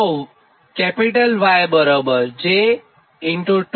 તો Yj2𝜋501